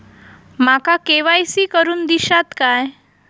माका के.वाय.सी करून दिश्यात काय?